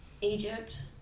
Egypt